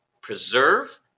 preserve